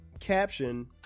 Caption